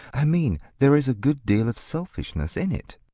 i mean, there is a good deal of selfishness in it.